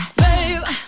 babe